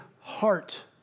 heart